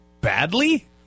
badly